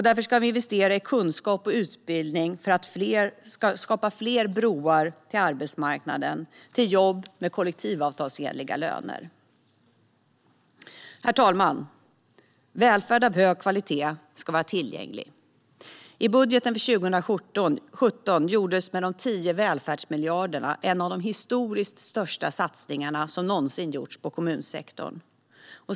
Därför ska vi investera i kunskap och utbildning för att skapa fler broar till arbetsmarknaden, till jobb med kollektivavtalsenliga löner. Herr talman! Välfärd av hög kvalitet ska vara tillgänglig. I budgeten för 2017 gjordes med de 10 välfärdsmiljarderna en av de historiskt största satsningarna som någonsin gjorts på kommunsektorn.